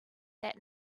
that